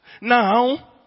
Now